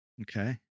Okay